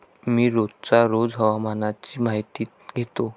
मी रोजच्या रोज हवामानाची माहितीही घेतो